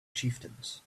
chieftains